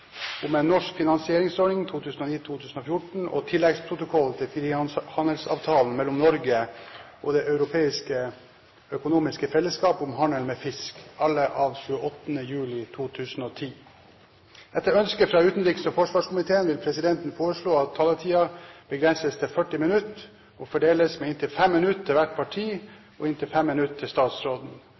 om ordet til sakene nr. 3, 4 og 5. Etter ønske fra utenriks- og forsvarskomiteen vil presidenten foreslå at taletiden begrenses til 40 minutter og fordeles med inntil 5 minutter til hvert parti og inntil 5 minutter til statsråden.